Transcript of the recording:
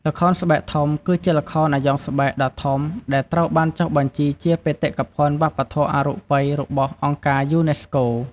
ល្ខោនស្បែកធំ គឺជាល្ខោនអាយ៉ងស្បែកដ៏ធំ ដែលត្រូវបានចុះបញ្ជីជាបេតិកភណ្ឌវប្បធម៌អរូបីរបស់អង្គការយូណេស្កូ។